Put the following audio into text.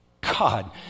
God